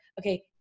okay